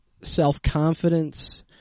self-confidence